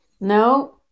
No